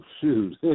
shoot